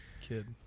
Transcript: kid